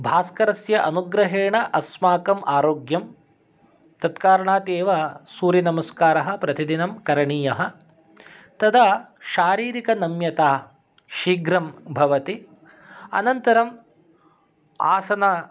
भास्करस्य अनुग्रहेण अस्माकम् आरोग्यं तत्कारणात् एव सूर्यनमस्कारः प्रतिदिनं करणीयः तदा शारीरिकनम्यता शीघ्रं भवति अनन्तरम् आसनम्